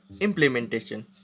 Implementation